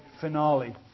finale